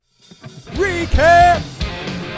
Recap